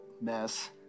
mess